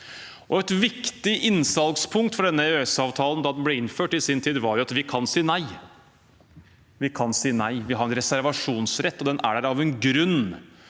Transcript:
Et viktig innsalgspunkt for denne EØS-avtalen da den ble innført i sin tid, var at vi kan si nei. Vi kan si nei, vi har en reservasjonsrett, og den er der av en grunn.